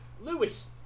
Lewis